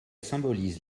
symbolise